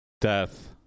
Death